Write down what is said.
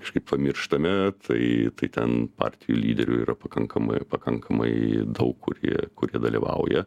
kažkaip pamirštame tai tai ten partijų lyderių yra pakankamai pakankamai daug kurie kurie dalyvauja